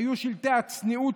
היו שם שלטי צניעות,